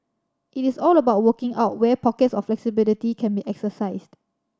it is all about working out where pockets of flexibility can be exercised